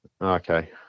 okay